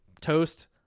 toast